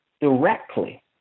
directly